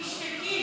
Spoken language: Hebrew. תשתקי.